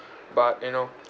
but you know